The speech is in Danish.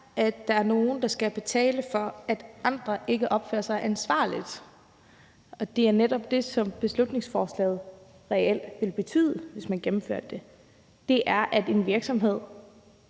at der er nogle, der skal betale for, at andre ikke opfører sig ansvarligt. Det er netop det, som beslutningsforslaget reelt ville betyde, hvis man gennemførte det. Det er, at en virksomhed